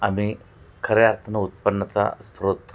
आम्ही खऱ्या अर्थान उत्पन्चा स्रोत